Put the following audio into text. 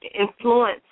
influence